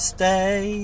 Stay